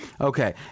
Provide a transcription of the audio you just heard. Okay